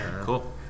Cool